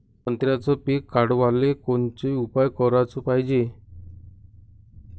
संत्र्याचं पीक वाढवाले कोनचे उपाव कराच पायजे?